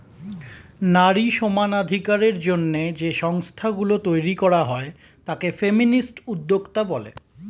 নারী সমানাধিকারের জন্য যে সংস্থা গুলো তৈরী করা হয় তাকে ফেমিনিস্ট উদ্যোক্তা বলে